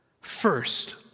first